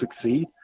succeed